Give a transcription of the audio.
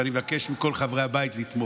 ואני מבקש מכל חברי הבית לתמוך.